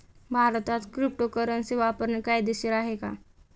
भारतात क्रिप्टोकरन्सी वापरणे कायदेशीर आहे का?